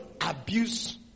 abuse